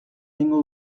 egingo